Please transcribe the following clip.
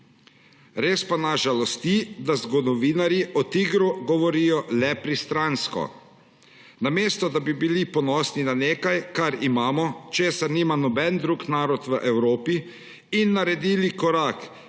Res pa nas žalosti, da zgodovinarji o TIGR-u govorijo le pristransko. Namesto da bi bili ponosni na nekaj, kar imamo, česar nima noben drug narod v Evropi; in naredili korak